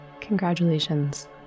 Congratulations